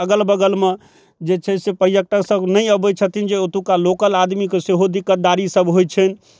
अगल बगलमे जे छै से पर्यटक सब नहि अबै छथिन जे ओतुका लोकल आदमीके सेहो दिक्कतदारी सब होइ छै